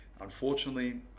Unfortunately